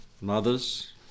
Mothers